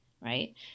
right